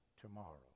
tomorrow